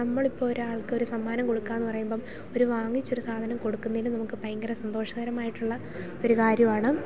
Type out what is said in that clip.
നമ്മൾ ഇപ്പോൾ ഒരാൾക്ക് ഒരു സമ്മാനം കൊടുക്കാമെന്ന് പറയുമ്പം ഒരു വാങ്ങിച്ച ഒരു സാധനം കൊടുക്കുന്നതിന് നമ്മൂക്ക് ഭയങ്കര സന്തോഷകരമായിട്ടുള്ള ഒരു കാര്യമാണ്